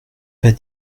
pas